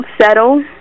settle